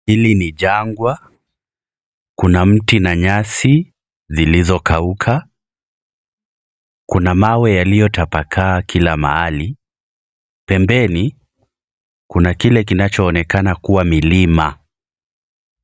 Hili ni janga, kuna mti na nyasi zilizikauka. Kuna mawe yaliyotapakaa kila mahali. Pembeni, kuna kile kinachoonekana kuwa milima.